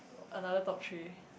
another top three